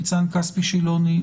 ניצן כספי שילוני,